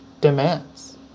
demands